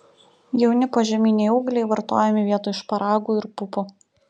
jauni požeminiai ūgliai vartojami vietoj šparagų ir pupų